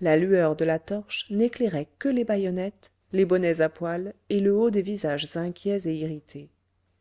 la lueur de la torche n'éclairait que les bayonnettes les bonnets à poil et le haut des visages inquiets et irrités